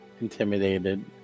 Intimidated